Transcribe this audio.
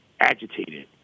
agitated